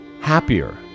happier